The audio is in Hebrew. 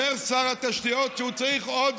אומר שר התשתיות שהוא צריך עוד